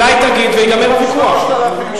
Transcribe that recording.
אולי תגיד לנו וזה הכול,